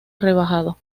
rebajado